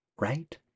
right